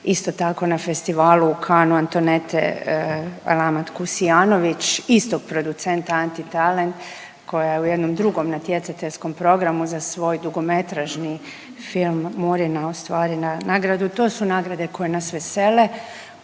isto tako na Festivalu u Cannesu Antonete Alamat Kusijanović istog producenta Anti talent koja je u jednom drugom natjecateljskom programu za svoj dugometražni film Murina ostvarila nagradu. To su nagrade koje nas vesele,